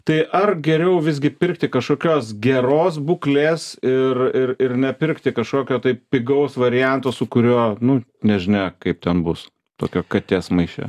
tai ar geriau visgi pirkti kažkokios geros būklės ir ir ir nepirkti kažkokio tai pigaus varianto su kuriuo nu nežinia kaip ten bus tokio katės maiše